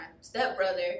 stepbrother